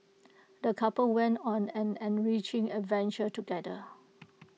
the couple went on an enriching adventure together